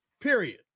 Period